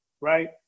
right